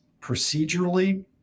procedurally